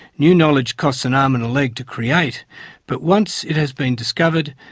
new knowledge costs an arm and a leg to create but once it has been discovered,